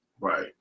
Right